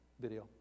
video